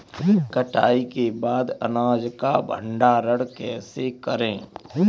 कटाई के बाद अनाज का भंडारण कैसे करें?